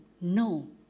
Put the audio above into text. No